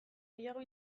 gehiago